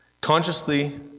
consciously